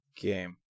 game